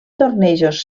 tornejos